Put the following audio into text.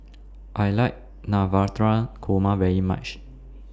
I like Navratan Korma very much